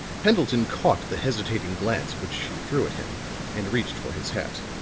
pendleton caught the hesitating glance which she threw at him and reached for his hat.